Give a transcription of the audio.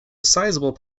sizable